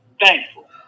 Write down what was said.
thankful